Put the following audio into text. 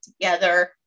together